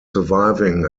surviving